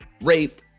rape